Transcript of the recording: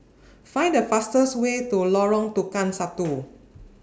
Find The fastest Way to Lorong Tukang Satu